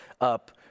up